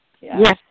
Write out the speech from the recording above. Yes